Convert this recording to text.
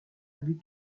but